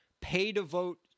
pay-to-vote